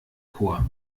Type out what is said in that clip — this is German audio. chor